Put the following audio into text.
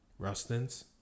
Rustins